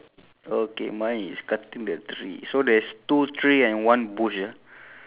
oh mine is five okay